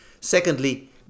secondly